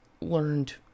learned